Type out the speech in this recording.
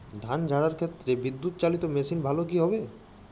ধান ঝারার ক্ষেত্রে বিদুৎচালীত মেশিন ভালো কি হবে?